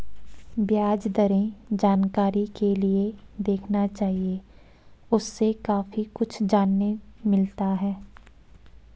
ब्याज दरें जानकारी के लिए देखना चाहिए, उससे काफी कुछ जानने मिलता है